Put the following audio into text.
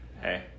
Hey